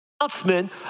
...announcement